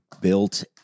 built